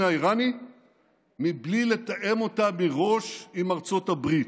האיראני בלי לתאם אותה מראש עם ארצות הברית.